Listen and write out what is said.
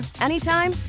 anytime